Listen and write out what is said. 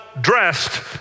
dressed